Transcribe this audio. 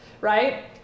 right